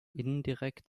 indirekt